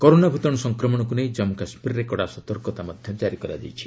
corona ଭୂତାଣୁ ସଂକ୍ରମଣକୁ ନେଇ ଜମ୍ମୁ କାଶ୍ମୀରରେ କଡ଼ା ସତର୍କତା ଜାରି କରାଯାଇଛି